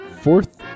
fourth